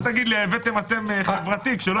אל תגיד לי: הבאתם חברתי כשלא הבאנו.